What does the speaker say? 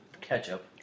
ketchup